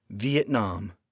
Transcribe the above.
Vietnam